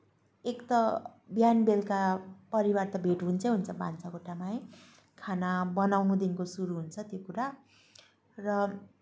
एक त बिहान बेलुका परिवार त भेट हुन्छै हुन्छ भान्सा कोठामा है खाना बनाउनुदेखि शुरू हुन्छ त्यो कुरा र